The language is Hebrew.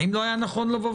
האם לא היה נכון לומר,